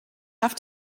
have